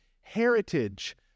heritage